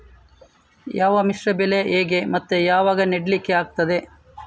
ಯಾವ ಮಿಶ್ರ ಬೆಳೆ ಹೇಗೆ ಮತ್ತೆ ಯಾವಾಗ ನೆಡ್ಲಿಕ್ಕೆ ಆಗ್ತದೆ?